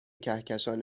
کهکشان